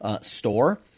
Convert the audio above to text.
store